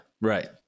right